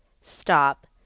stop